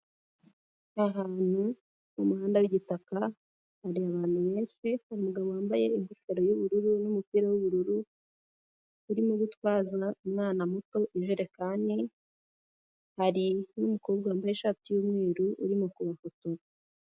Ni ahantu mu muhanda w'igitaka, hari abantu benshi, hari umugabo wambaye ingofero y'ubururu n'umupira w'ubururu urimo gutwaza umwana muto ijerekani, hari n'umukobwa wambaye ishati y'umweru urimo kubafotora.